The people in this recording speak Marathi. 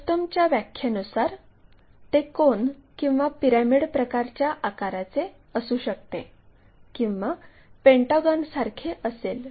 फ्रस्टमच्या व्याख्येनुसार ते कोन किंवा पिरॅमिड प्रकारच्या आकाराचे असू शकते किंवा पेंटागॉनसारखे असेल